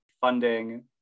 funding